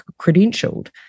credentialed